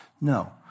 No